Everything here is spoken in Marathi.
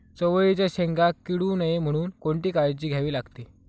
चवळीच्या शेंगा किडू नये म्हणून कोणती काळजी घ्यावी लागते?